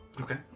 Okay